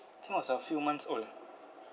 think was a few months old